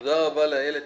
תודה רבה לאיילת